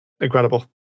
incredible